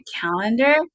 calendar